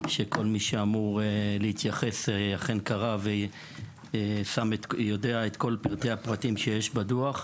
שכל מי שאמור להתייחס לדברים אכן קרא ויודע את כל פרטי הפרטים שיש בדוח.